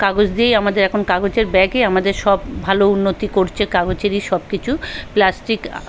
কাগজ দিয়েই আমাদের এখন কাগজের ব্যাগে আমাদের সব ভালো উন্নতি করছে কাগজেরই সব কিছু প্লাস্টিক